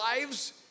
lives